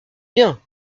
bien